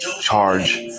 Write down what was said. charge